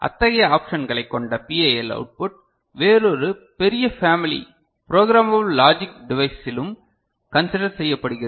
அத்தகைய ஆப்ஷன்களைக் கொண்ட பிஏஎல் அவுட்புட் வேறொரு பெரிய பேமிலி புரோகிராமபல லாஜிக் டிவைஸிலும் கன்சிடர் செய்யப்படுகிறது